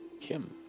Kim